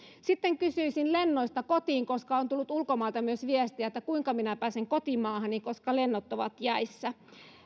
sitten kysyisin lennoista kotiin koska on tullut ulkomailta myös viestiä että kuinka minä pääsen kotimaahani koska lennot ovat jäissä